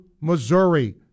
Missouri